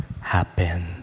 happen